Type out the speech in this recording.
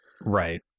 right